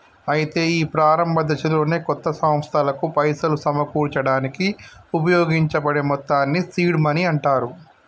అయితే ఈ ప్రారంభ దశలోనే కొత్త సంస్థలకు పైసలు సమకూర్చడానికి ఉపయోగించబడే మొత్తాన్ని సీడ్ మనీ అంటారు